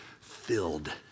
filled